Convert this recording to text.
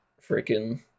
freaking